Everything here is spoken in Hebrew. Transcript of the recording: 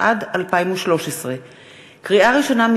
התשע"ד 2013. לקריאה ראשונה,